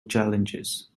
challenges